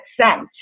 sent